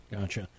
Gotcha